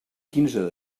quinze